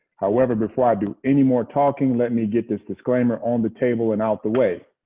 however, before i do any more talking, let me get this disclaimer on the table and out the way.